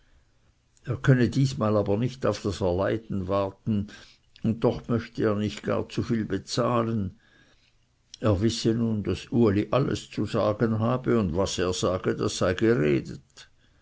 er könne diesmal aber nicht auf das erleiden warten und doch möchte er nicht gar zu viel bezahlen er wisse nun daß uli alles zu sagen habe und was er sage das sei geredet